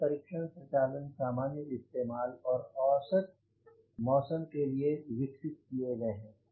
ये परीक्षण प्रचालन सामान्य इस्तेमाल और औसत मौसम के लिए विकसित किये गए हैं